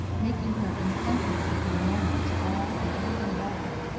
making her insensible for the moment to all and everything about her,